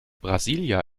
brasília